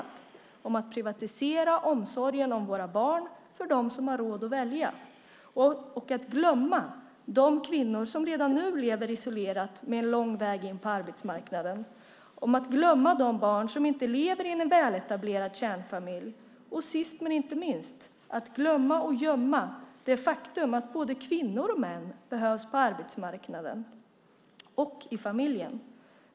Det handlar om att privatisera omsorgen om våra barn för dem som har råd att välja och om att glömma de kvinnor som redan nu lever isolerat med lång väg in på arbetsmarknaden. Man glömmer de barn som inte lever i en väletablerad kärnfamilj, och sist men inte minst glömmer man och gömmer man det faktum att både kvinnor och män behövs på arbetsmarknaden och i familjen.